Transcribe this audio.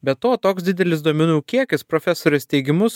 be to toks didelis duomenų kiekis profesorės teigimu